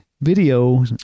video